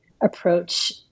approach